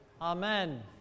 Amen